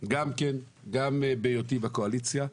גם בהיותי בקואליציה.